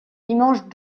dimanche